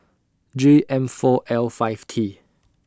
J M four L five T